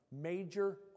major